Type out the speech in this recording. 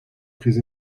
très